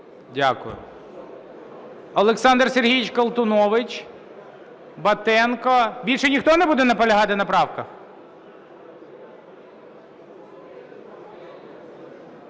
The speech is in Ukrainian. Дякую. Олександр Сергійович Колтунович, Батенко, більше ніхто не буде наполягати на правках?